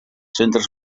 centres